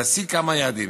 להשיג כמה יעדים.